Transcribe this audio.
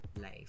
life